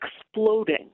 exploding